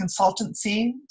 consultancy